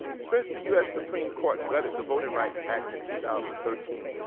since the us supreme court gutted the voting rights act in two thousand and thirteen,